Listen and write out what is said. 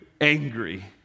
angry